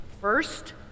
first